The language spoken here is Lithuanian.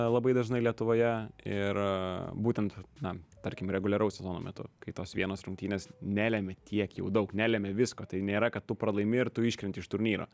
labai dažnai lietuvoje ir būtent na tarkim reguliaraus sezono metu kai tos vienos rungtynės nelemia tiek jau daug nelemia visko tai nėra kad tu pralaimi ir tu iškrenti iš turnyro